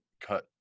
cut